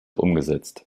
umgesetzt